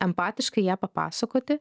empatiškai ją papasakoti